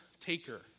taker